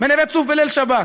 בנווה צוף בליל שבת,